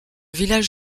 village